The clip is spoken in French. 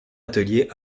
atelier